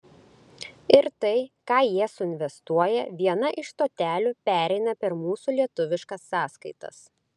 ir tai ką jie suinvestuoja viena iš stotelių pereina per mūsų lietuviškas sąskaitas